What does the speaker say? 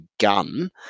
gun